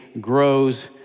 grows